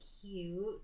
cute